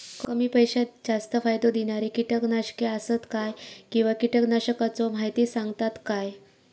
कमी पैशात जास्त फायदो दिणारी किटकनाशके आसत काय किंवा कीटकनाशकाचो माहिती सांगतात काय?